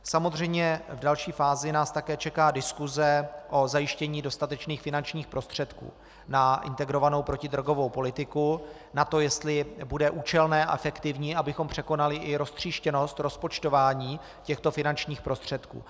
Samozřejmě v další fázi nás také čeká diskuse o zajištění dostatečných finančních prostředků na integrovanou protidrogovou politiku, na to, jestli bude účelné a efektivní, abychom překonali i roztříštěnost rozpočtování těchto finančních prostředků.